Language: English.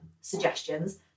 suggestions